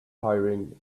hiring